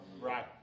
Right